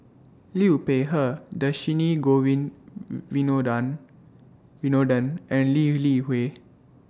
Liu Peihe Dhershini Govin Winodan Winoden and Lee Li Hui